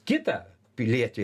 kitą pilietį